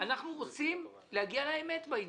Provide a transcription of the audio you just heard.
אנחנו רוצים להגיע לאמת בעניין.